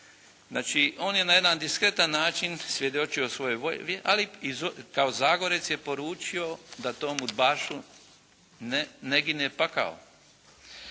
Znači on je na jedan diskretan način svjedočio svojoj vjeri, ali kao Zagorec je poručio da tom udbašu ne gine pakao.